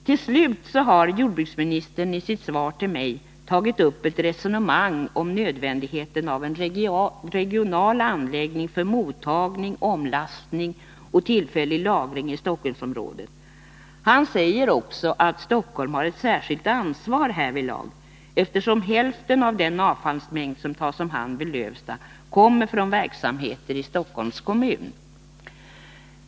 Till slut har jordbruksministern i sitt svar till mig tagit upp ett resonemang om nödvändigheten av en regional anläggning för mottagning, omlastning och tillfällig lagring i Stockholmsområdet. Han säger också att Stockholm har ett särskilt ansvar härvidlag, eftersom hälften av den avfallsmängd som tas om hand vid Lövsta kommer från verksamheter i Stockholms kommun.